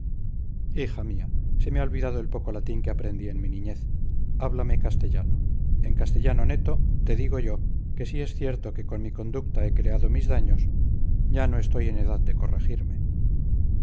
hija mía se me ha olvidado el poco latín que aprendí en mi niñez háblame castellano en castellano neto te digo yo que si es cierto que con mi conducta he creado mis daños ya no estoy en edad de corregirme